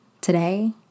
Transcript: today